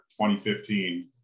2015